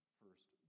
first